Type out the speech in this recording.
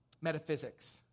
metaphysics